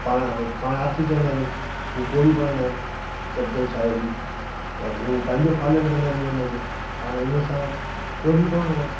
पाणि पाणि आरिती चवंदा आहियूं हू पोड़ी पढ़ंदा आहिनि जप जप साहिब जी त उहो पंहिंजो पालन कंदा आहिनि नियम जो पाण हुन सां कोई बि करिणो आहे